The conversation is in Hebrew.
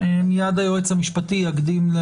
מיד היועץ המשפטי יקדים.